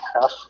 half